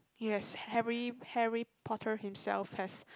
yes Harry Harry-Potter himself has